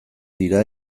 dira